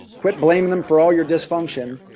quit blaming them for all your dysfunction,